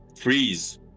freeze